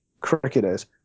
cricketers